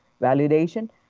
validation